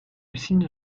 cygne